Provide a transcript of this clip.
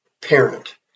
parent